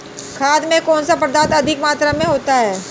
खाद में कौन सा पदार्थ अधिक मात्रा में होता है?